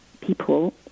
people